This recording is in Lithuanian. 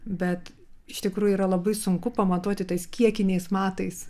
bet iš tikrųjų yra labai sunku pamatuoti tais kiekiniais matais